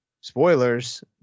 spoilers